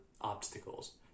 obstacles